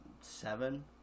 seven